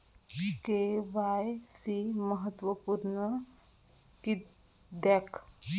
KYC महत्त्वपुर्ण किद्याक?